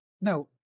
no